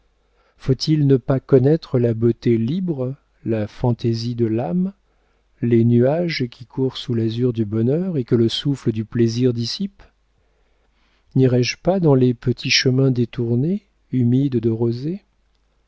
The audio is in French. faut-il ne pas connaître la beauté libre la fantaisie de l'âme les nuages qui courent sous l'azur du bonheur et que le souffle du plaisir dissipe nirais je pas dans les petits chemins détournés humides de rosée